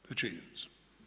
To je činjenica.